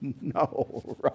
No